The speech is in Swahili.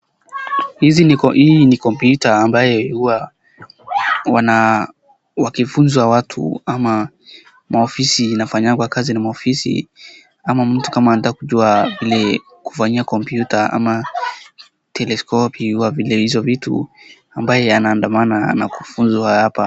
Hii ni kompyuta ambayo huwa wakifunza watu ama maofisi inafanyangwa kazi na maofisi ama mtu kama anataka kujua vile anafanyia kompyuta ama teleskopu hizo vitu ambayo anaandamana na kufunzwa hapa.